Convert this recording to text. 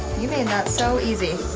you made that so easy,